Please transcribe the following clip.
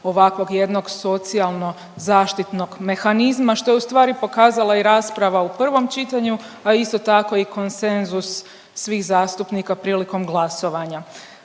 ovakvog jednog socijalno-zaštitnog mehanizma što je u stvari pokazala i rasprava u prvom čitanju, a isto tako i konsenzus svih zastupnika prilikom glasovanja.